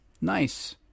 nice